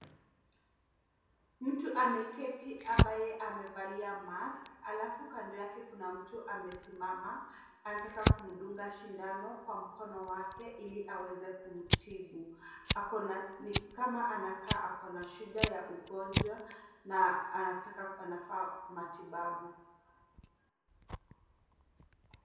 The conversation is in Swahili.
Mtu ameketi ambaye amevalia mask , alafu kando yake kuna mtu amesimama anataka kumdunga sindano kwa mkono wake ili aweze kumtibu. Akona- ni kama anakaa akona shida ya ugonjwa na anataka- anafaa matibabu.